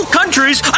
countries